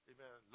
Amen